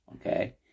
okay